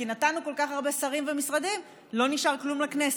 כי נתנו כל כך הרבה שרים ומשרדים ולא נשאר כלום לכנסת,